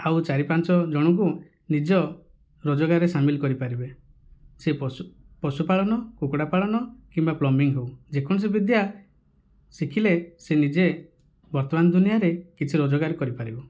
ଆଉ ଚାରି ପାଞ୍ଚ ଜଣଙ୍କୁ ନିଜ ରୋଜଗାରରେ ସାମିଲ କରିପାରିବେ ସେ ପଶୁ ପାଳନ କୁକୁଡ଼ା ପାଳନ କିମ୍ବା ପ୍ଳମ୍ବିଙ୍ଗ ହେଉ ଯେକୌଣସି ବିଦ୍ୟା ଶିଖିଲେ ସେ ନିଜେ ବର୍ତ୍ତମାନ ଦୁନିଆରେ କିଛି ରୋଜଗାର କରିପାରିବ